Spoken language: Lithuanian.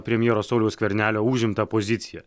premjero sauliaus skvernelio užimtą poziciją